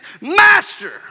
Master